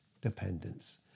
dependence